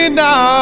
now